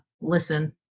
listen